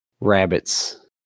rabbits